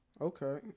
Okay